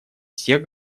всех